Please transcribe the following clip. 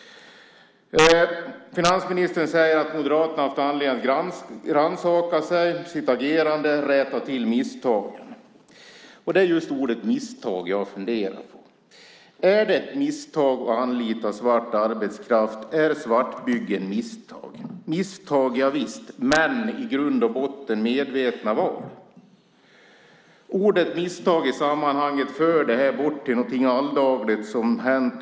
Finansministern säger att Moderaterna har haft anledning att rannsaka sig och sitt agerande och rätta till misstagen. Det är just ordet "misstag" jag har funderat på. Är det ett misstag att anlita svart arbetskraft? Är svartbyggen misstag? Misstag, javisst, men i grund och botten medvetna val. Ordet "misstag" för i sammanhanget bort till något alldagligt som hänt.